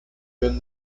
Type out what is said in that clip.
been